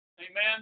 Amen